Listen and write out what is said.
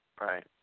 Right